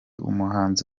umuhanzi